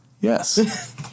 Yes